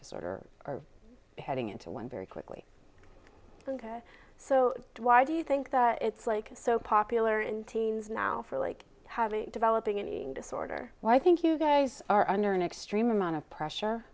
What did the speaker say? disorder are heading into one very quickly so why do you think that it's like so popular in teens now for like having developing an eating disorder where i think you guys are under an extreme amount of pressure